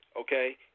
okay